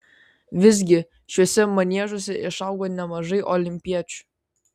visgi šiuose maniežuose išaugo nemažai olimpiečių